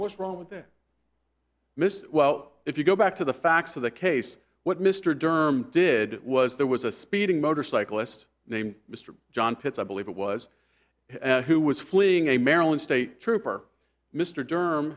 what's wrong with their mr well if you go back to the facts of the case what mr derm did was there was a speeding motorcyclist named mr john pitts i believe it was who was fleeing a maryland state trooper mr jerm